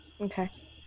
okay